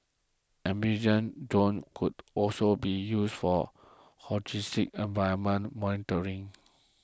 amphibious drones could also be used for holistic environmental monitoring